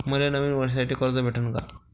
मले नवीन वर्षासाठी कर्ज भेटन का?